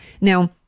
Now